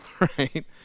right